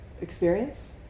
Experience